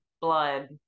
blood